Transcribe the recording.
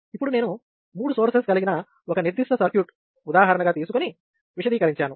ఇప్పుడు నేను మూడు సోర్సెస్ కలిగిన ఒక నిర్దిష్ట సర్క్యూట్ ఉదాహరణగా తీసుకుని విశదీకరించాను